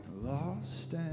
Lost